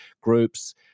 groups